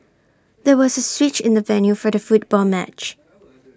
there was A switch in the venue for the football match